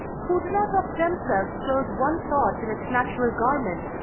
who do not of themselves clothe one thought in its natural garment,